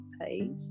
page